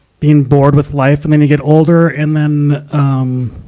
being bored with life. and then you get older and then, um,